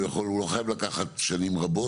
הוא לא חייב לקחת שנים רבות.